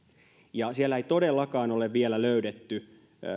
ja siellä ei todellakaan ole vielä löydetty